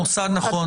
נכון.